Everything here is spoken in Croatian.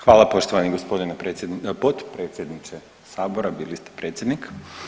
Hvala poštovani gospodine potpredsjedniče Sabora, bili ste predsjednik.